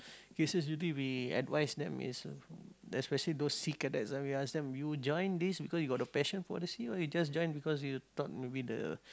cases usually we advise them is especially those sea cadets ah we ask them you join this because you got the passion for the sea or you just join because you thought maybe the